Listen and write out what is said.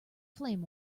flame